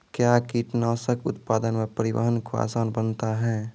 कया कीटनासक उत्पादन व परिवहन को आसान बनता हैं?